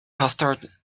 custard